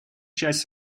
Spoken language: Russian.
часть